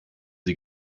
sie